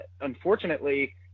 unfortunately